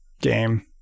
game